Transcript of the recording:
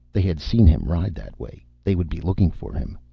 they had seen him ride that way they would be looking for him.